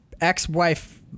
Ex-wife